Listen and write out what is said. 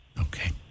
Okay